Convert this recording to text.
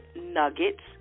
Nuggets